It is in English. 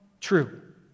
true